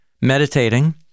meditating